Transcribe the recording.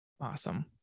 Awesome